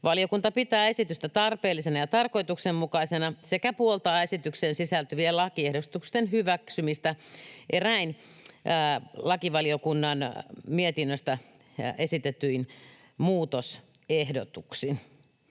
Valiokunta pitää esitystä tarpeellisena ja tarkoituksenmukaisena sekä puoltaa esitykseen sisältyvien lakiehdotusten hyväksymistä eräin lakivaliokunnan mietinnöstä esitetyin muutosehdotuksin.